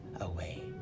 away